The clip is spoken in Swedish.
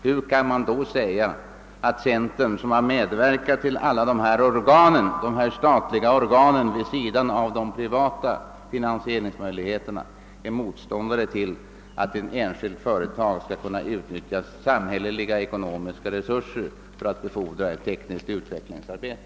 Hur kan man då säga att centern, som har medverkat till tillkomsten av alla dessa statliga organ vid sidan av de privata finansieringsmöjligheterna, är motståndare till att ett enskilt företag skall kunna utnyttja samhälleliga ekonomiska resurser för att befordra tekniskt utvecklingsarbete?